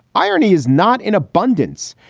irony is not in abundance.